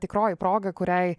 tikroji proga kuriai